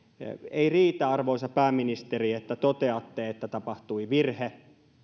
ei riitä arvoisa pääministeri että toteatte että tapahtui virhe